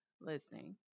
listening